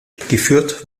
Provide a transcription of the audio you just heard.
geführt